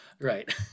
right